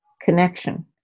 connection